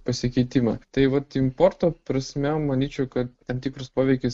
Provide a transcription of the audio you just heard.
pasikeitimą tai vat importo prasme manyčiau kad tam tikras poveikis